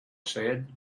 said